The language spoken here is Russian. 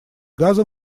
газа